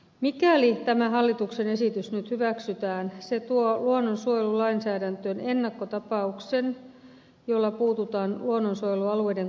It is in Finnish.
mikäli tämä hallituksen esitys nyt hyväksytään se tuo luonnonsuojelulainsäädäntöön ennakkotapauksen jolla puututaan luonnonsuojelualueiden koskemattomuuteen